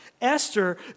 Esther